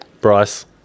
Bryce